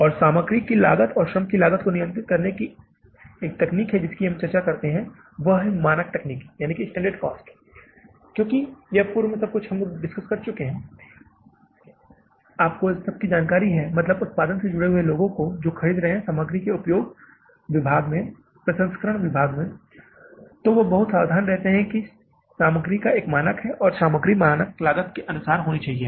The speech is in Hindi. और सामग्री लागत और श्रम लागत को नियंत्रित करने की एक तकनीक जिसकी हम यहां चर्चा करते हैं वह है मानक लागत क्योंकि यदि आप पूर्व में सब कुछ कर चुके है और सबको इसकी जानकारी है मतलब उत्पादन से जुड़े सभी लोगो को जो खरीद में सामग्री के उपयोग विभाग में प्रसंस्करण विभाग में तो वे बहुत सावधान रहते हैं कि यह सामग्री का मानक है और यह सामग्री की मानक लागत होनी चाहिए